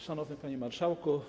Szanowny Panie Marszałku!